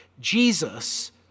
Jesus